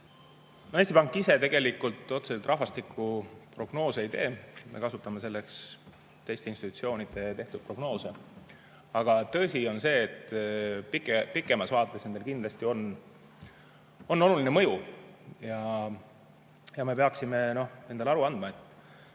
Eesti Pank ise otseselt rahvastikuprognoose ei tee, me kasutame selleks teiste institutsioonide tehtud prognoose. Aga tõsi on see, et pikemas vaates on nendel kindlasti oluline mõju. Me peaksime endale aru andma, et